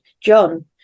John